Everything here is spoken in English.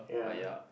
ya